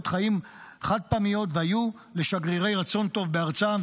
חיים חד-פעמיות והיו לשגרירי רצון טוב בארצם,